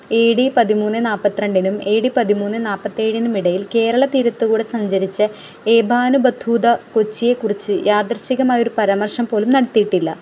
A D പതിമൂന്ന് നാല്പത്തിരണ്ടിനും A D പതിമൂന്ന് നാല്പ്പത്തിയേഴിനും ഇടയിൽ കേരളതീരത്തുകൂടെ സഞ്ചരിച്ച എഭാനുബത്തൂത കൊച്ചിയെക്കുറിച്ച് യാദൃച്ഛികമായി ഒരു പരാമർശംപോലും നടത്തിയിട്ടില്ല